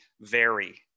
vary